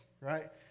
Right